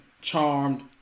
Charmed